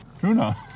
Tuna